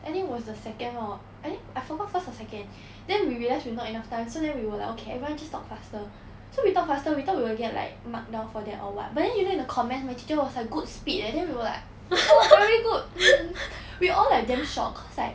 I think was the second one eh I forgot first or second then we realise we not enough time so then we were like okay everyone just talk faster so we talk faster we thought we will get like mark down for that or what but then you know in the comments my teacher was like good speed eh then we were like oh very good mm then we all like damn shock cause like